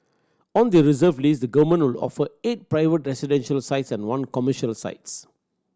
on the reserve list the government will offer eight private residential sites and one commercial sites